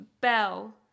bell